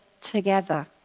together